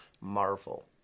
Marvel